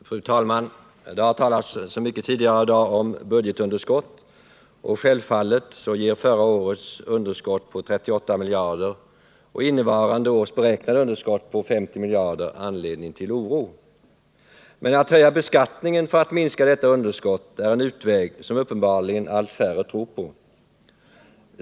Fru talman! Det har tidigare i dag talats mycket om budgetunderskott. Självfallet ger förra årets budgetunderskott på 38 miljarder och innevarande års beräknade underskott på 50 miljarder anledning till oro. Men att höja beskattningen för att minska detta underskott är en utväg som uppenbarligen allt färre tror på.